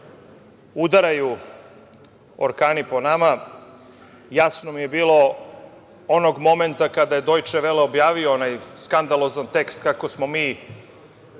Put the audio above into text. udaraju orkani po nama. Jasno mi je bilo onog momenta kada je Dojče Vele objavio onaj skandalozan tekst kako smo mi